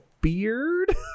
beard